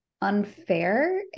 unfair